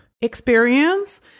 experience